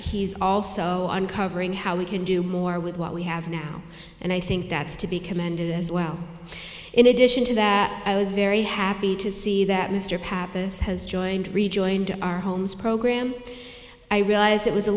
he's also uncovering how we can do more with what we have now and i think that's to be commended as well in addition to that i was very happy to see that mr pappas has joined rejoined our homes program i realize it was a